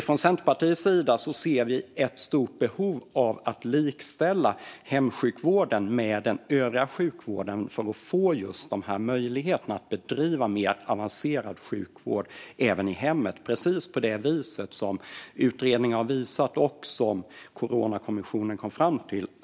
Från Centerpartiets sida ser vi ett stort behov av att likställa hemsjukvården med den övriga sjukvården för att få möjlighet att bedriva mer avancerad sjukvård även i hemmet, precis som utredningen har visat och Coronakommissionen också kom fram till.